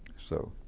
so